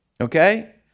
okay